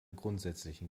grundsätzlichen